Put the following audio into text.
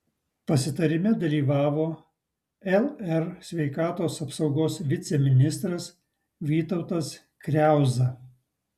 pasitarime dalyvavo lr sveikatos apsaugos viceministras vytautas kriauza